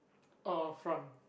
orh front